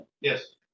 Yes